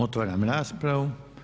Otvaram raspravu.